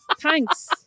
Thanks